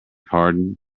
pardon